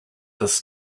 this